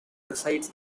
resides